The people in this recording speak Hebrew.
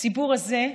הציבור הזה,